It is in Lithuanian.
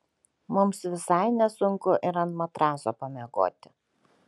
mums visai nesunku ir ant matraso pamiegoti